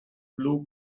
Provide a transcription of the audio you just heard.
blue